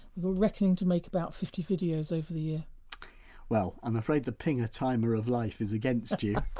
we're reckoning to make about fifty videos over the year well i'm afraid the pinger timer of life is against you.